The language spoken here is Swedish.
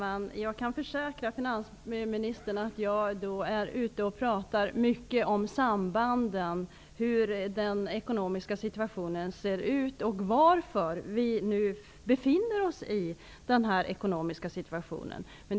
Herr talman! Jag kan försäkra finansministern att jag ofta är ute och pratar om hur den ekonomiska situationen ser ut och varför vi nu befinner oss i den här ekonomiska situationen.